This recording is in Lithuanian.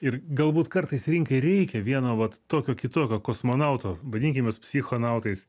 ir galbūt kartais rinkai reikia vieno vat tokio kitokio kosmonauto vadinkim mes psichonautais